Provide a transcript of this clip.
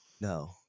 no